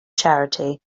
charity